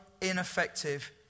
ineffective